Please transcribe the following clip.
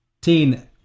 Teen